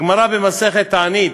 הגמרא במסכת תענית,